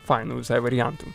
fainų visai variantų